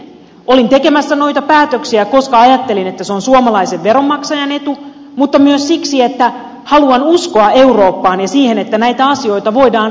olin tekemässä noita päätöksiä koska ajattelin että se on suomalaisen veronmaksajan etu mutta myös siksi että haluan uskoa eurooppaan ja siihen että näitä asioita voidaan ratkoa yhdessä